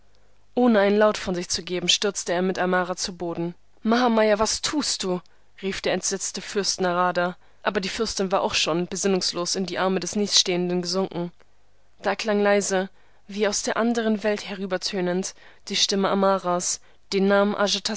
ohne einen laut von sich zu geben stürzte er mit amara zu boden mahamaya was tust du rief der entsetzte fürst narada aber die fürstin war auch schon besinnungslos in die arme der nächststehenden gesunken da erklang leise wie aus der anderen welt herübertönend die stimme amaras den namen